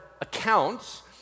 accounts